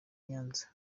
nyanza